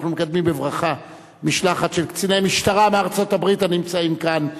אנחנו מקדמים בברכה משלחת של קציני משטרה מארצות-הברית הנמצאים כאן,